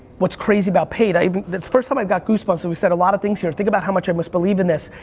what's crazy about paid, i even, that's first time i got goosebumps. so we've said a lot of things here, think about how much i must believe in this.